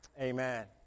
Amen